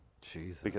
Jesus